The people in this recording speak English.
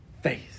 faith